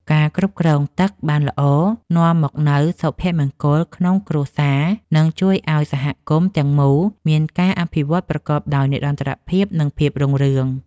ការគ្រប់គ្រងទឹកបានល្អនាំមកនូវសុភមង្គលក្នុងគ្រួសារ និងជួយឱ្យសហគមន៍ទាំងមូលមានការអភិវឌ្ឍប្រកបដោយនិរន្តរភាព និង ភាពរុងរឿង។